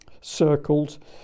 circled